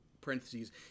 parentheses